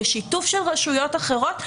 בשיתוף של רשויות אחרות,